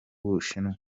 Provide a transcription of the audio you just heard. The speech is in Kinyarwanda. bushinwa